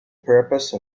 purpose